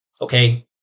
Okay